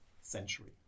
century